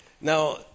Now